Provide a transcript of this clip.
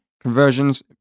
Conversions